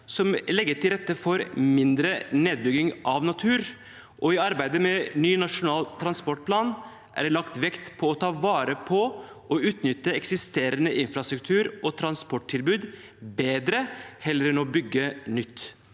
de legger til rette for mindre nedbygging av natur, og i arbeidet med ny nasjonal transportplan er det lagt vekt på å ta vare på og utnytte eksisterende infrastruktur og transporttilbud bedre, heller enn å bygge nytt.